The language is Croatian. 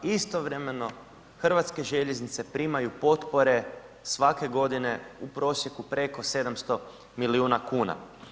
Istovremeno Hrvatske željeznice primaju potpore svake godine u prosjeku preko 700 milijuna kuna.